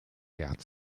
geehrt